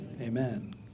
Amen